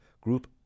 Group